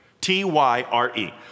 T-Y-R-E